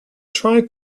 tried